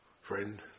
Friend